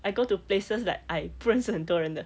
I go to places like I 不认识很多人的